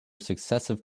successive